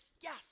yes